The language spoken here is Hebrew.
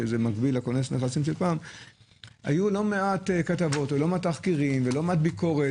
שזה מקביל לכונס הנכסים של פעם - היו לא מעט כתבות ותחקירים וביקורת,